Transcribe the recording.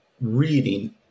reading